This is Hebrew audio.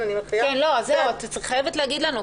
את חייבת להגיד לנו.